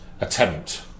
attempt